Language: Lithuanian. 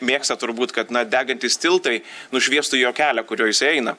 mėgsta turbūt kad na degantys tiltai nušviestų jo kelią kuriuo jisai eina